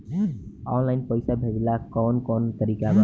Online पइसा भेजेला कवन कवन तरीका बा?